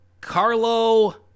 Carlo